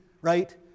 right